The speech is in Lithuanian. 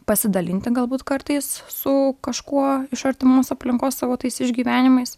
pasidalinti galbūt kartais su kažkuo iš artimos aplinkos savo tais išgyvenimais